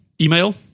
Email